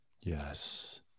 yes